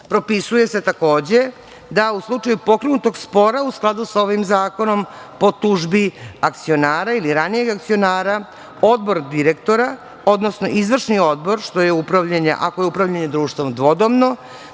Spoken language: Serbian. interesom. Propisuje se takođe da u slučaju pokrenutog spora u skladu sa ovim zakonom po tužbi akcionara ili ranijeg akcionara, Odbor direktora, odnosno izvršni odbor što je upravljanje ako je